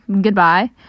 goodbye